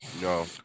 No